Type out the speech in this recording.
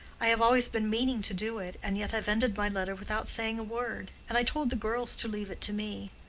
i have always been meaning to do it, and yet have ended my letter without saying a word. and i told the girls to leave it to me.